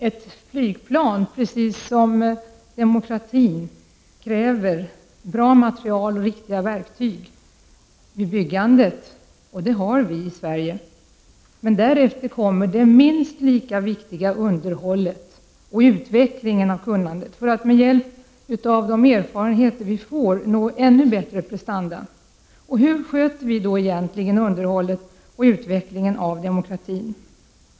Ett flygplan, liksom en demokrati, kräver bra material och riktiga verktyg vid byggandet. Det har vi i Sverige. Därefter kommer det minst lika viktiga, nämligen underhållet och utvecklingen av kunnandet för att med hjälp av erfarenheter nå ännu bättre prestanda. Hur sköter vi egentligen underhållet och utvecklingen av demokratin?